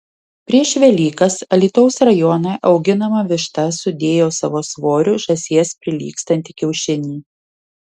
prieš velykas alytaus rajone auginama višta sudėjo savo svoriu žąsies prilygstantį kiaušinį